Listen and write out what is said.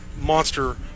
monster